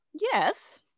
Yes